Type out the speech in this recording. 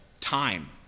time